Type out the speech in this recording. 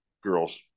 girls